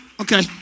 okay